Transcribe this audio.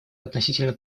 относительно